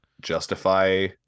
justify